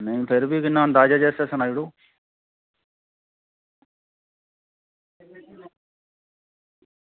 नेईं होंदा तां असेंगी सनाई ओड़ो